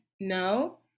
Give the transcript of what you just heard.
no